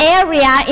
area